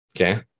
okay